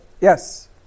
Yes